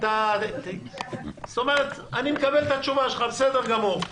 זאת אומרת, אני מקבל את התשובה שלך: בסדר גמור.